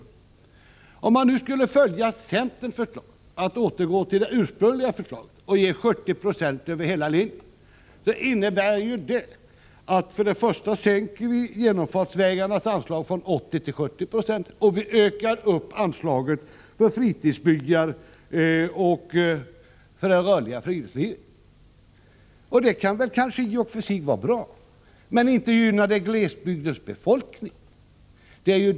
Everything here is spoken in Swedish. Om man nu skulle följa centerns förslag att återgå till det ursprungliga systemet och ge 70 96 över hela linjen, innebär det för det första en sänkning av genomfartsvägarnas anslag från 80 2 till 70 96 och för det andra en ökning av anslaget för fritidsbyggare och det rörliga friluftslivet. Detta kanske i och för sig kan vara bra, men inte gynnar det glesbygdens befolkning.